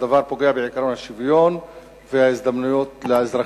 הדבר פוגע בעקרון שוויון ההזדמנויות לאזרחים.